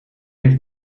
heeft